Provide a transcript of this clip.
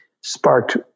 sparked